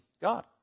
God